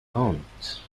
compte